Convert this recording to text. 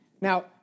Now